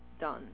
done